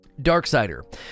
Darksider